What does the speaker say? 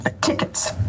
Tickets